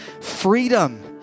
Freedom